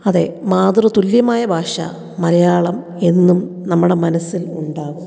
അതേ മാതൃ തുല്യമായ ഭാഷ മലയാളം എന്നും നമ്മുടെ മനസ്സിൽ ഉണ്ടാകും